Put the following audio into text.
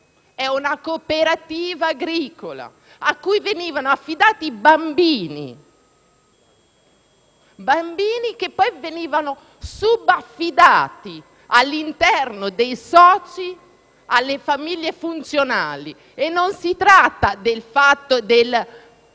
è una comunità quella a cui venivano affidati i bambini; bambini che poi venivano subaffidati, all'interno dei soci, alle famiglie funzionali. E non si tratta del fatto dei